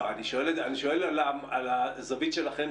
אני שואל על הזווית שלכם,